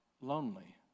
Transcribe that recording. lonely